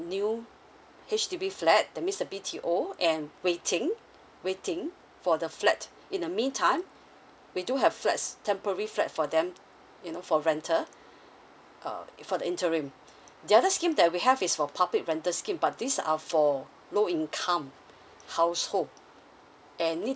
new H_D_B flat that means the B_T_O and waiting waiting for the flat in the mean time we do have flats temporary flats for them you know for rental uh for the interim the other scheme that we have is for the public rental scheme but this is for low income household and need